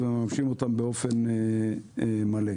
ומממשים אותם באופן מלא.